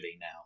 now